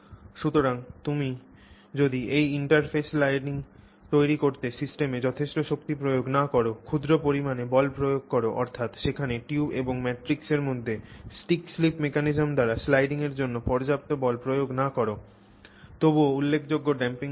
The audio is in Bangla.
সুতরাং তুমি যদি এই interface sliding তৈরি করতে সিস্টেমে যথেষ্ট শক্তি প্রয়োগ না কর ক্ষুদ্র পরিমাণে বল প্রয়োগ কর অর্থাৎ সেখানে টিউব এবং ম্যাট্রিক্সের মধ্যে stick slip mechanism দ্বারা স্লাইডিংয়ের জন্য পর্যাপ্ত বল প্রয়োগ না কর তবুও উল্লেখযোগ্য ড্যাম্পিং ঘটে